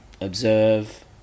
observe